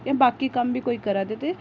एह् बाकी कम्म बी कोई करै दे ते